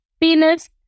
penis